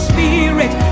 Spirit